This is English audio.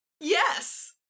Yes